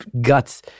guts